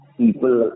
people